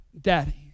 daddy